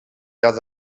llarg